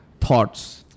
Thoughts